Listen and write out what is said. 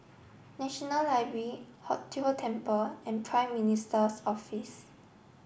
National Library Hong Tho Temple and Prime Minister's Office